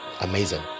amazing